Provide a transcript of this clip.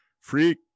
free